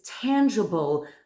tangible